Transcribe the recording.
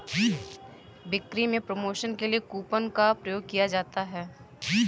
बिक्री में प्रमोशन के लिए कूपन का प्रयोग किया जाता है